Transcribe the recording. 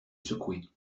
secoué